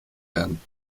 werden